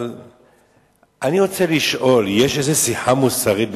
אבל אני רוצה לשאול: יש איזו שיחה מוסרית בבתי-ספר?